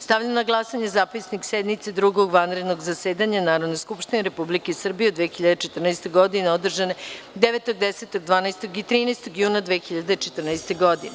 Stavljam na glasanje zapisnik sednice Drugog vanrednog zasedanja Narodne skupštine Republike Srbije u 2014. godini, održane 9, 10, 12. i 13.juna 2014. godine.